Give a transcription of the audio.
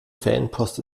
fanpost